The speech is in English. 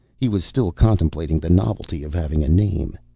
he was still contemplating the novelty of having a name.